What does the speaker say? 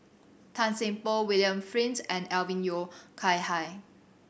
Tan Seng Poh William Flint and Alvin Yeo Khirn Hai